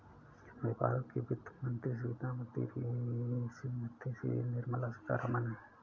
अभी भारत की वित्त मंत्री श्रीमती निर्मला सीथारमन हैं